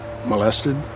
Molested